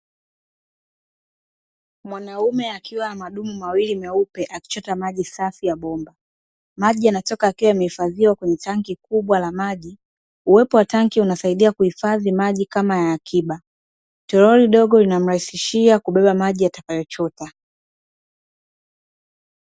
Mwanaume akiwa na madumu mawili meupe akichota maji safi ya bomba. Maji yanatoka yakiwa yamehifadhiwa kwenye tanki kubwa la maji, uwepo wa tanki unasaidia kuhifadhi maji kama ya akiba. Toroli dogo linamrahisishia kubeba maji atakayochota.